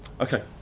Okay